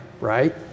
right